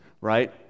right